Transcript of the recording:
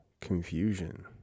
confusion